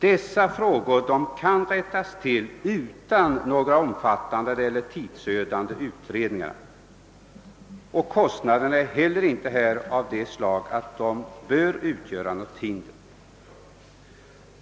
Dessa bestämmelser kan rättas till utan några omfattande eller tidsödande utredningar, och kostnaderna är heller inte av det slaget att de bör utgöra något hinder.